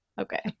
Okay